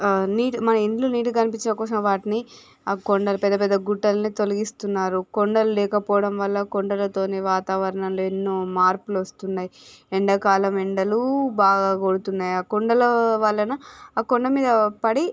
neat మన ఇళ్ళు నీట్గా కనిపించడం కోసం వాటిని ఆ కొండలు పెద్ద పెద్ద గుట్టలను తొలగిస్తున్నారు కొండలు లేకపోవడం వల్ల కొండలతోని వాతావరణంలో ఎన్నో మార్పులు వస్తున్నాయి ఎండాకాలం ఎండలూ బాగా కొడుతున్నాయి ఆ కొండల వలన ఆ కొండ మీద పడి